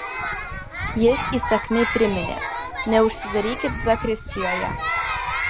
jis įsakmiai priminė neužsidarykit zakristijoje